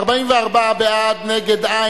סעיפים 1 9 נתקבלו.